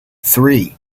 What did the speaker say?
three